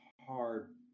hard